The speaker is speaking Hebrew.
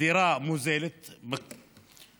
דירה מוזלת בקרוב,